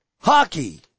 Hockey